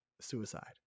suicide